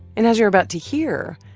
and as you're about to hear,